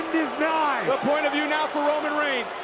is nigh. the point of view now for roman reigns,